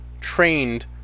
trained